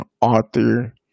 author